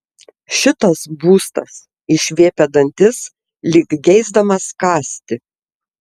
šitas būstas išviepia dantis lyg geisdamas kąsti